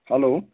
hello